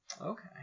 Okay